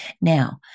Now